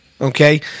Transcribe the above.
Okay